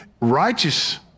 righteous